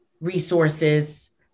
resources